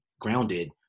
grounded